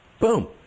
Boom